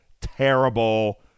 terrible